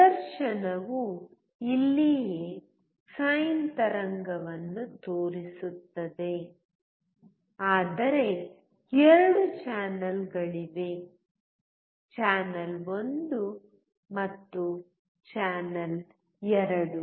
ಪ್ರದರ್ಶನವು ಇಲ್ಲಿಯೇ ಸೈನ್ ತರಂಗವನ್ನು ತೋರಿಸುತ್ತಿದೆ ಆದರೆ 2 ಚಾನಲ್ಗಳಿವೆ ಚಾನಲ್ 1 ಮತ್ತು ಚಾನಲ್ 2